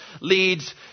leads